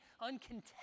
uncontent